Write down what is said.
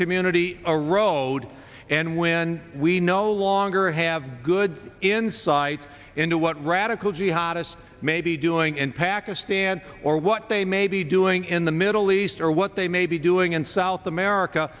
community a road and when we no longer have good insight into what radical jihadists may be doing in pakistan or what they may be doing in the middle east or what they may be doing in south america